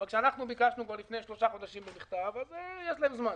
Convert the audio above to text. אבל כשאנחנו ביקשנו כבר לפני שלושה חודשים במכתב אז יש להם זמן.